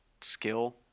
skill